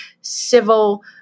civil